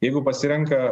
jeigu pasirenka